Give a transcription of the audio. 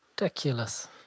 ridiculous